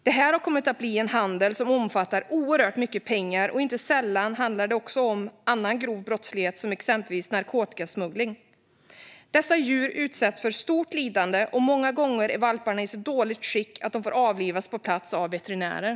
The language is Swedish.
Det här har kommit att bli en handel som omfattar oerhört mycket pengar. Inte sällan handlar det också om annan grov brottslighet, som exempelvis narkotikasmuggling. Dessa djur utsätts för stort lidande, och många gånger är valparna i så dåligt skick att de får avlivas på plats av veterinärer.